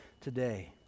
today